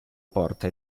porta